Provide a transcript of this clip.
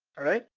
alright?